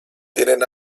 tienen